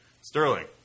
Sterling